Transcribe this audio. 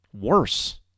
Worse